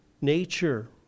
nature